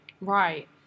Right